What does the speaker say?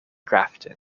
grafton